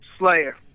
Slayer